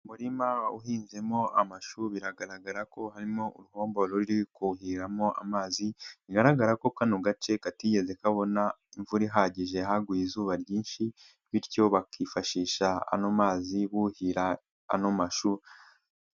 Mu muririma uhinzemo amashu biragaragara ko harimo uruhombo ruri kuhiramo amazi, bigaragara ko kano gace katigeze kabona imvura ihagije haguye izuba ryinshi, bityo bakifashisha ano mazi buhira ano mashu.